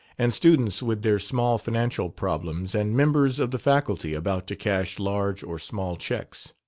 and students with their small financial problems, and members of the faculty about to cash large or small checks.